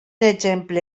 exemple